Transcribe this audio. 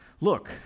look